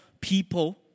people